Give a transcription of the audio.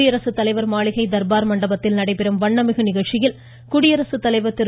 குடியரசுதலைவர் மாளிகையில் தர்பார் மண்டபத்தில் நடைபெறும் வண்ணமிகு நிகழ்ச்சியில் குடியரசுதலைவர் திரு